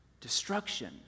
Destruction